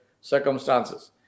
circumstances